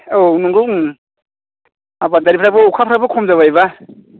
औ नंगौ आबादारिफ्राबो अखाफ्राबो खम जाबायबा